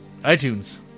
iTunes